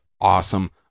awesome